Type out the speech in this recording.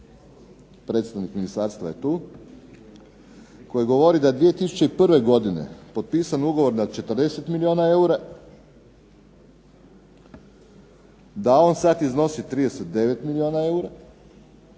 predstavnik ministarstva je tu koji govori da je 2001. godine potpisan ugovor na 40 milijuna eura, da on sad iznosi 39 milijuna eura